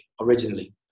originally